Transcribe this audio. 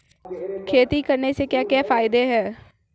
खेती करने से क्या क्या फायदे हैं?